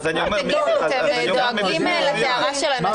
אתם דואגים לטהרה של הנשים?